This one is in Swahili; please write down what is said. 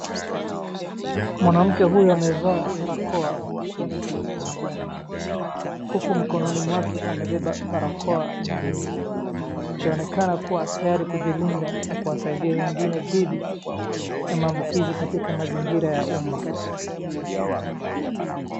Mwanamke huyu amevaa barakoa usoni kwa taadhari huku mikononi mwake amebeba barakoa nyingine, akionekana kuwa tayari kujilinda na kuwasaidia wengine dhidi ya maambukizi katika mazingira ya uma.